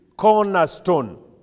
cornerstone